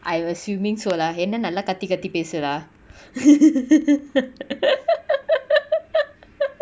I assuming so lah என்ன நல்லா கத்தி கத்தி பேசுரா:enna nalla kathi kathi pesuraa